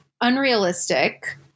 unrealistic